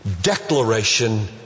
declaration